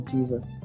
Jesus